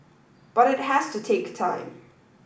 but it has to take time